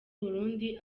burundi